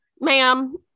ma'am